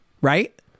Right